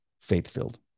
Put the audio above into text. faith-filled